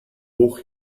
hoch